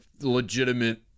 legitimate